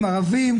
ערבים,